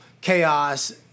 chaos